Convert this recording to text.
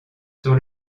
sur